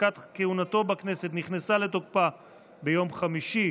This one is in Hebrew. שהפסקת כהונתו בכנסת נכנסה לתוקפה ביום חמישי,